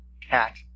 cat